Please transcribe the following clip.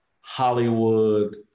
Hollywood